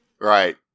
Right